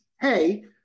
Hey